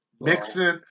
Mixing